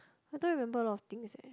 I don't remember a lot of things leh